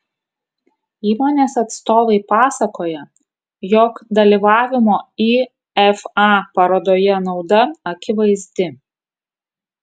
įmonės atstovai pasakoja jog dalyvavimo ifa parodoje nauda akivaizdi